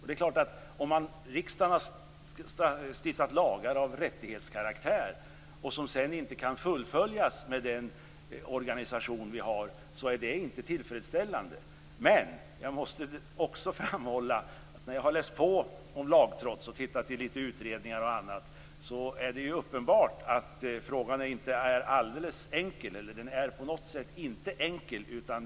Det är klart att om riksdagen har stiftat lagar av rättighetskaraktär som sedan inte kan fullföljas med den organisation vi har är detta inte tillfredsställande. Men jag måste också framhålla att när jag har läst på om lagtrots och tittat i lite utredningar är det uppenbart att frågan inte på något sätt är enkel.